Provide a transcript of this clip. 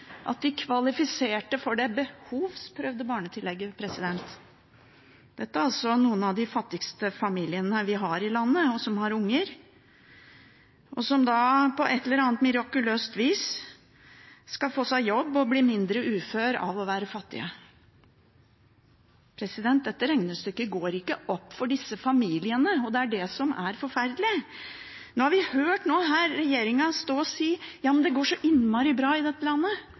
at de kvalifiserte for det behovsprøvde barnetillegget. Dette er altså noen av de fattigste familiene vi har i landet, og som har unger, og som da på et eller annet mirakuløst vis skal få seg jobb og bli mindre ufør av å være fattige. Dette regnestykket går ikke opp for disse familiene, og det er det som er forferdelig. Nå har vi hørt regjeringen stå her og si at det går så innmari bra i dette landet.